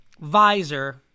visor